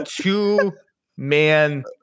Two-man